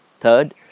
Third